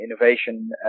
innovation